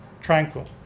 tranquil